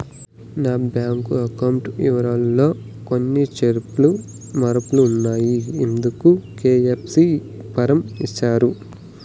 నా bank account వివరాలు లో కొన్ని చేర్పులు మార్పులు ఉన్నాయి, ఇందుకు కె.వై.సి ఫారం ఇస్తారా?